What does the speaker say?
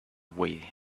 wii